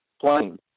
plane